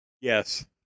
Yes